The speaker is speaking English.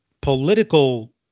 political